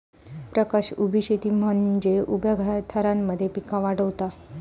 प्रकाश उभी शेती म्हनजे उभ्या थरांमध्ये पिका वाढवता